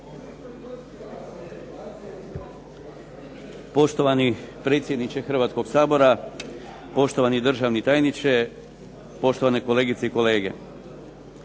Poštovani predsjedniče Hrvatskog sabora, poštovani državni tajniče, poštovane kolegice i kolege.